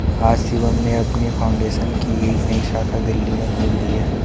आज शिवम ने अपनी फाउंडेशन की एक नई शाखा दिल्ली में खोल दी है